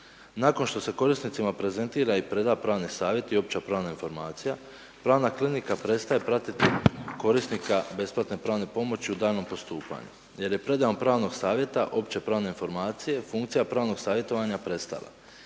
Nakon što se korisnicima prezentira i pred pravni savjet i opća pravna informacija pravna klinika prestaje pratiti korisnika besplatne pravne pomoći u daljnjem postupanju jer je predajom pravnog savjeta opće pravne informacije funkcija pravnog savjetovanja prestala.